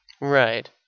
Right